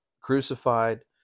crucified